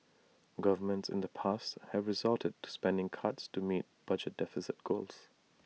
governments in the past have resorted to spending cuts to meet budget deficit goals